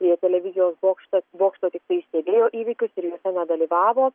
televizijos bokštą bokštą tiktai stebėjo įvykius ir juose nedalyvavo